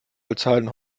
bezahlen